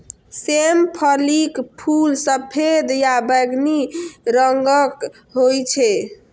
सेम फलीक फूल सफेद या बैंगनी रंगक होइ छै